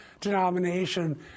denomination